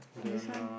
this one